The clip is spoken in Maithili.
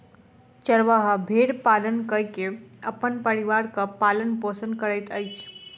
चरवाहा भेड़ पालन कय के अपन परिवारक पालन पोषण करैत अछि